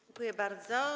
Dziękuję bardzo.